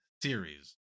series